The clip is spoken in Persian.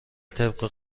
طبق